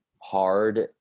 hard